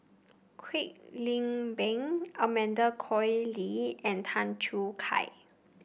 Kwek Leng Beng Amanda Koe Lee and Tan Choo Kai